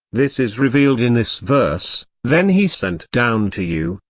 this is revealed in this verse then he sent down to you,